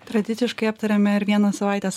tradiciškai aptariame ir vieną savaitės